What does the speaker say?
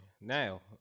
Now